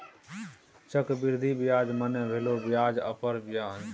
चक्रवृद्धि ब्याज मने भेलो ब्याजो उपर ब्याज